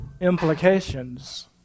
implications